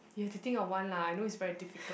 you have to think of one lah I know it's very difficult